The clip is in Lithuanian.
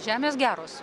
žemės geros